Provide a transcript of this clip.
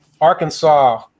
Arkansas